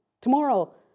Tomorrow